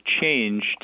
changed